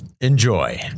Enjoy